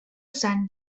san